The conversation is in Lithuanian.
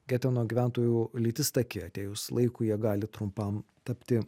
geteno gyventojų lytis taki atėjus laikui jie gali trumpam tapti